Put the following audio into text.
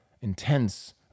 intense